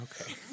Okay